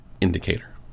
indicator